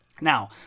Now